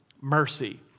mercy